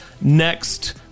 next